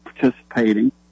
participating